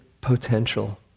potential